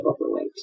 overweight